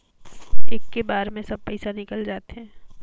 इक्की बार मे सब पइसा निकल जाते?